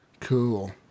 Cool